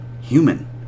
human